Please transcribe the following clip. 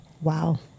Wow